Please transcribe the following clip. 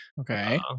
Okay